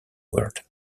world